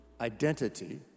identity